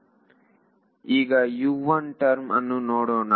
ಈಗ ಟರ್ಮ್ ಅನ್ನು ನೋಡೋಣ